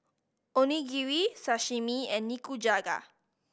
Onigiri Sashimi and Nikujaga